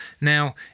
now